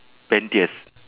pettiest